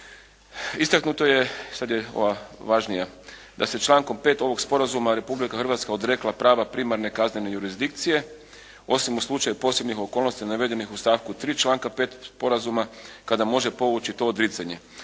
Istaknuto je, sad je ova važnija, da se člankom 5. ovog sporazuma Republika Hrvatska odrekla prava primarne kaznene jurisdikcije, osim u slučaju posebnih okolnosti navedenih u stavku 3. članka 5. sporazuma kada može povući to odricanje.